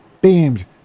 beamed